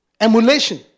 Emulation